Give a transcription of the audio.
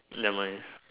never mind